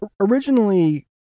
originally